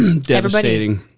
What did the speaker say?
devastating